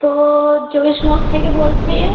তো যোগেশ মঠ থেকে বলছি